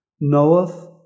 knoweth